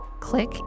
Click